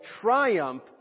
triumph